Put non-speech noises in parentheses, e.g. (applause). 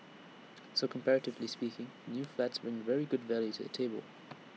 (noise) so comparatively speaking new flats bring very good value to the table